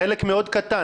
חלק מאוד קטן.